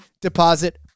deposit